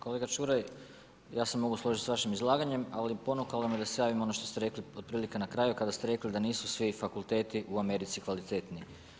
Kolega Čuraj ja se mogu složiti s vašim izlaganjem, ali ponukalo me da se javim, ono što ste rekli, otprilike na kraju, kada ste rekli, da nisu svi fakulteti u Americi kvalitetni.